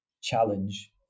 challenge